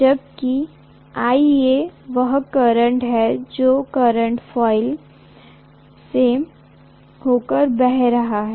जबकि IA वह current है जो करंट कॉइल से होकर बह रहा है